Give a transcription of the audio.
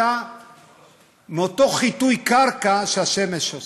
אותו חיטוי קרקע שהשמש עושה.